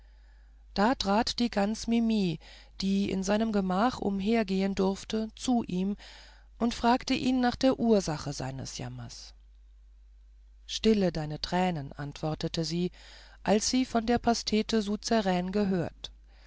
da trat die gans mimi die in seinem gemach umhergehen durfte zu ihm und fragte ihn nach der ursache seines jammers stille deine tränen antwortete sie als sie von der pastete souzeraine gehört